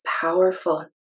powerful